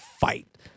fight